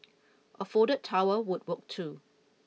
a folded towel would work too